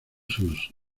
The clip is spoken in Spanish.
sus